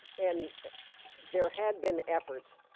and there had been efforts